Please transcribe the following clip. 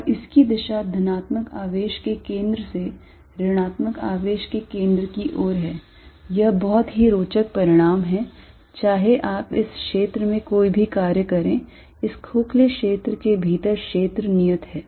और इसकी दिशा धनात्मक आवेश के केंद्र से ऋणात्मक आवेश के केंद्र की ओर है यह बहुत ही रोचक परिणाम है चाहे आप इस क्षेत्र में कोई भी कार्य करें इस खोखले क्षेत्र के भीतर क्षेत्र नियत है